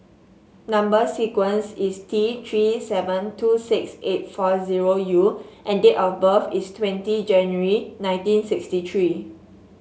number sequence is T Three seven two six eight four zero U and date of birth is twenty January nineteen sixty three